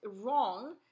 wrong